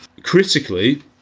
Critically